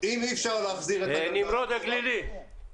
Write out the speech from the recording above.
אם אי אפשר להחזיר את הגלגל אחורה -- נמרוד הגלילי -- שנייה,